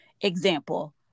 example